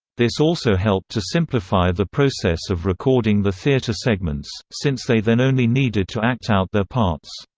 this also helped to simplify the process of recording the theater segments, since they then only needed to act out their parts.